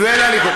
זהבה,